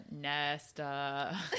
nesta